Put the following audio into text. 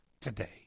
today